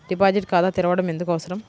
Deposit ఖాతా తెరవడం ఎందుకు అవసరం?